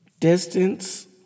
Distance